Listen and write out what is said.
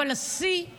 אבל השיא הוא